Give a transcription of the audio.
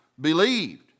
believed